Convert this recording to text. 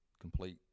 complete